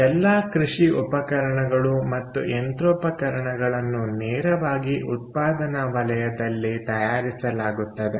ಎಲ್ಲಾ ಕೃಷಿ ಉಪಕರಣಗಳು ಮತ್ತು ಯಂತ್ರೋಪಕರಣಗಳನ್ನು ನೇರವಾಗಿ ಉತ್ಪಾದನಾ ವಲಯದಲ್ಲಿ ತಯಾರಿಸಲಾಗುತ್ತದೆ